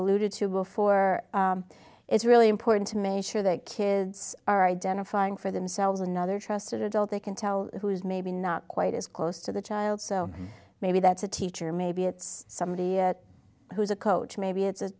alluded to before it's really important to make sure that kids are identifying for themselves another trusted adult they can tell who is maybe not quite as close to the child so maybe that's a teacher maybe it's somebody who's a coach maybe it's